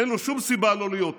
אין לו שום סיבה לא להיות פה.